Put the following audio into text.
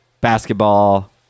basketball